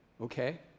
okay